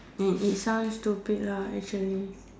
and it sounds stupid lah actually